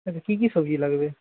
আচ্ছা কী কী সবজি লাগবে